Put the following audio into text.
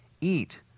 eat